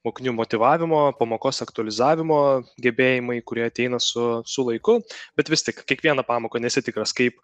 mokinių motyvavimo pamokos aktualizavimo gebėjimai kurie ateina su su laiku bet vis tik kiekvieną pamoką nesi tikras kaip